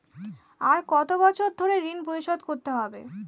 আর কত বছর ধরে ঋণ পরিশোধ করতে হবে?